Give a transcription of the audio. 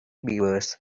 beavers